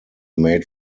made